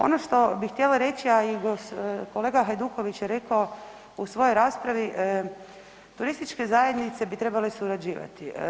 Ono što bi htjela reći, a i kolega Hajduković je rekao u svojoj raspravi, turističke zajednice bi trebale surađivati.